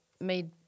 made